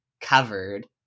covered